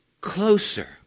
closer